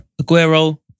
Aguero